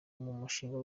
mushinga